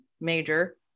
major